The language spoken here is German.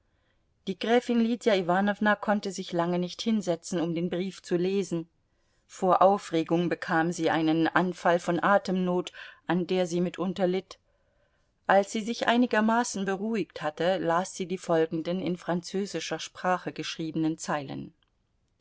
die gräfin lydia iwanowna konnte sich lange nicht hinsetzen um den brief zu lesen vor aufregung bekam sie einen anfall von atemnot an der sie mitunter litt als sie sich einigermaßen beruhigt hatte las sie die folgenden in französischer sprache geschriebenen zeilen